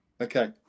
okay